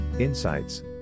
Insights